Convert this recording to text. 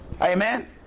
Amen